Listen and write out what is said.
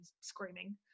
screaming